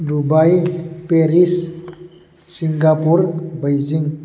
Dubai Paris Singapore Beijing